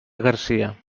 garcia